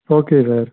okay sir